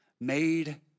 made